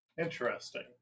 Interesting